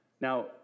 Now